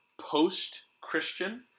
Post-Christian